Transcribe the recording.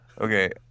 Okay